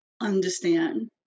understand